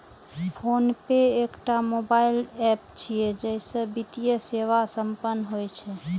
PhonePe एकटा mobile app छियै, जइसे वित्तीय सेवा संपन्न होइ छै